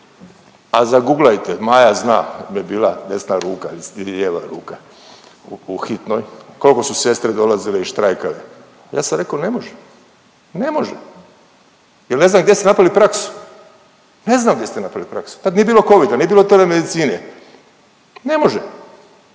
a zaguglajte, Maja zna, pa bila mi je desna ruka i lijeva ruka u hitnoj koliko su sestre dolazite i štrajkale. Ja sam rekao ne može, ne može jer ne znam gdje ste napravili praksu. Ne znam gdje ste napravili praksu. Tad nije bilo covida, nije bilo …/Govornik se ne